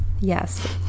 Yes